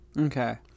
Okay